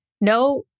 No